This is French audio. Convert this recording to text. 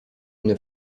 une